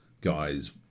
guys